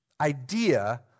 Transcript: idea